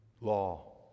Law